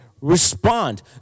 respond